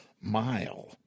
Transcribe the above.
mile